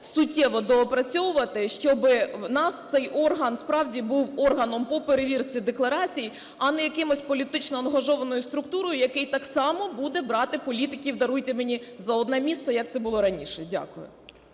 суттєво доопрацьовувати, щоби в нас цей орган справді був органом по перевірці декларацій, а не якоюсь політично ангажованою структурою, яка так само буде брати політиків, даруйте мені, за одне місце, як це було раніше. Дякую.